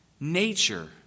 Nature